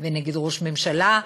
ונגד ראש ממשלה,